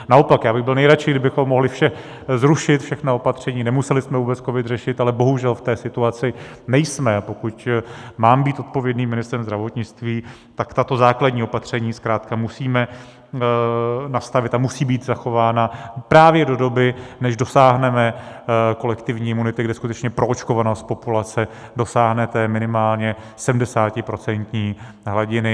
Naopak, já bych byl nejradši, kdybychom mohli zrušit všechna opatření, nemuseli jsme vůbec covid řešit, ale bohužel v té situaci nejsme, a pokud mám být odpovědným ministrem zdravotnictví, tak tato základní opatření zkrátka musíme nastavit a musí být zachována právě do doby, než dosáhneme kolektivní imunity, kde skutečně proočkovanost populace dosáhne minimálně 70% hladiny.